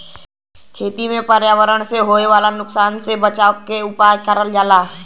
खेती में पर्यावरण से होए वाला नुकसान से बचावे के उपाय करल जाला